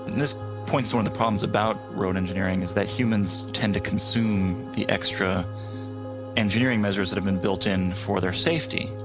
this points to one of the problems about road engineering is that humans tend to consume the extra engineering measures that have been built in for their safety.